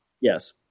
Yes